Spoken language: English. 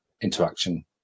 interaction